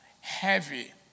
heavy